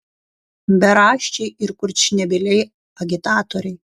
beraščiai ir kurčnebyliai agitatoriai